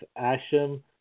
Asham